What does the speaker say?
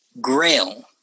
Grail